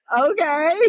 Okay